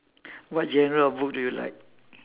what genre of book do you like